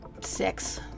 Six